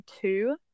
two